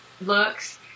looks